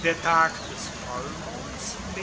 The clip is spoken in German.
der tag des